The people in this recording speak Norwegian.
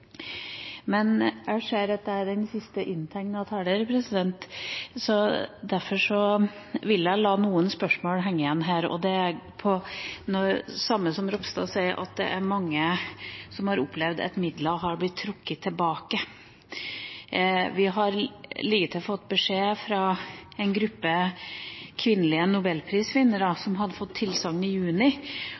Jeg ser at jeg er den sist inntegnede taler, så derfor vil jeg la noen spørsmål henge igjen. Det gjelder det samme som Ropstad nevnte, at det er mange som har opplevd at midler har blitt trukket tilbake. Vi har fått høre at en gruppe kvinnelige nobelprisvinnere som hadde fått tilsagn i juni,